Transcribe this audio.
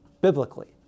biblically